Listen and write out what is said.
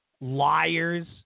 liars